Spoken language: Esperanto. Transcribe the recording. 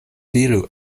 diru